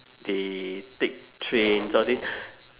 they take trains all this